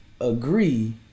agree